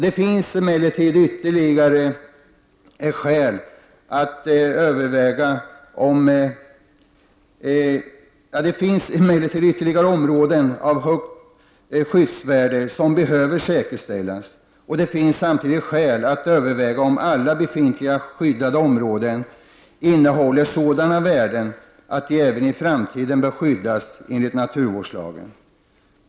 Det finns emellertid ytterligare områden av högt skyddsvärde som behöver säkerställas, och det finns samtidigt skäl att överväga om alla befintliga skyddade områden innehåller sådana värden att de även i framtiden bör skyddas enligt naturvårdslagen.